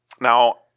Now